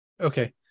okay